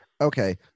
Okay